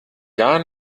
gar